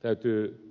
täytyy